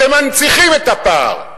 אתם מנציחים את הפער,